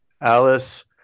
Alice